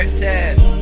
test